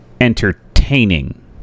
entertaining